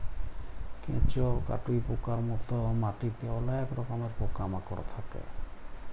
কেঁচ, কাটুই পকার মত মাটিতে অলেক রকমের পকা মাকড় থাক্যে